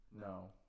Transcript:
No